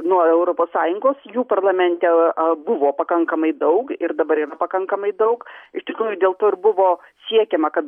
nuo europos sąjungos jų parlamente buvo pakankamai daug ir dabar yra pakankamai daug iš tikrųjų dėl to ir buvo siekiama kad